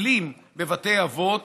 מטפלים בבתי אבות,